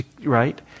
right